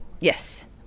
Yes